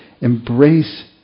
embrace